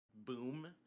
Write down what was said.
boom